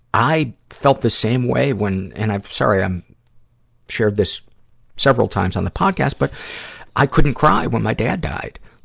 i felt the same way when and i'm sorry, i'm shared this several times on the podcast, but i couldn't cry when my dad died.